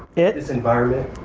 it? this environment,